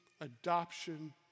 adoption